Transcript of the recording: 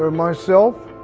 and myself,